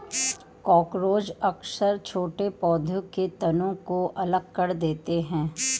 cockroach अक्सर छोटे पौधों के तनों को अलग कर देते हैं